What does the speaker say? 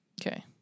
Okay